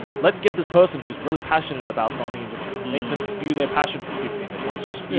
let's get this person who's really passionate about something and just make them spew their passion for fifteen to twenty minutes.